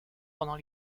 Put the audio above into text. pendant